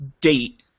date